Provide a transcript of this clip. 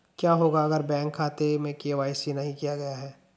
क्या होगा अगर बैंक खाते में के.वाई.सी नहीं किया गया है?